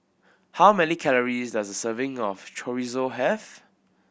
how many calories does a serving of Chorizo have